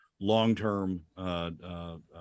long-term